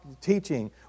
teaching